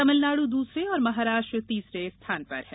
तमिलनाड् दूसरे और महाराष्ट्र तीसरे स्थान पर हैं